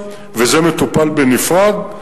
וזה מטופל בנפרד.